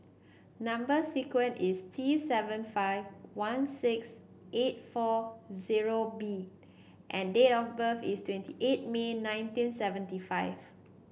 number sequence is T seven five one six eight four zero B and date of birth is twenty eight May nineteen seventy five